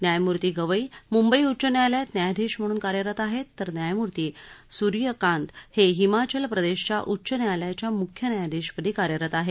न्यायमूर्ती गवई मुंबई उच्च न्यायालयात न्यायाधीश म्हणून कार्यरत आहेत तर न्यायमूर्ती सूर्य कांत हे हिमाचल प्रदेशच्या उच्च न्यायालयाच्या मुख्य न्यायाधीश पदी कार्यरत आहेत